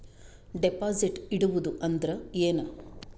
Deposit ಇಡುವುದು ಅಂದ್ರ ಏನ?